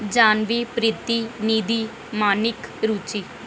जाह्नवी प्रीति निधि मानिक रुचि